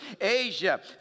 Asia